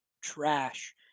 trash